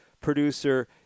producer